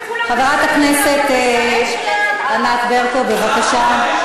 חברת הכנסת חנין, אני מבקשת לסיים.